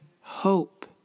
hope